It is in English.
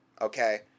Okay